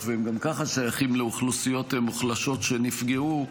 והם גם ככה שייכים לאוכלוסיות מוחלשות שנפגעו,